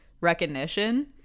recognition